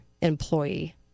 employee